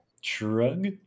Shrug